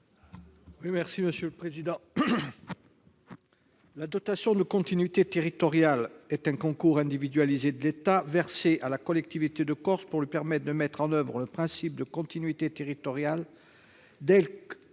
La dotation de continuité territoriale (DCT) est un concours individualisé de l'État versé à la collectivité de Corse pour lui permettre de mettre en oeuvre le principe de continuité territoriale, tel qu'il